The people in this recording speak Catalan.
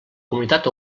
comunitat